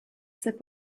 said